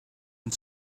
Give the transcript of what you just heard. and